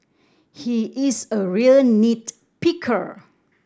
he is a real nit picker